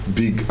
big